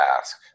ask